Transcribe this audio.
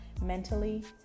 mentally